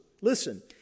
Listen